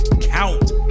count